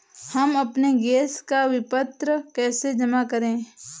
हम अपने गैस का विपत्र कैसे जमा करें?